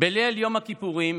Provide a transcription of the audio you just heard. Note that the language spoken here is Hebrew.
בליל יום הכיפורים